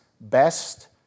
best